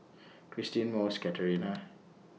Cristine Mose Katerina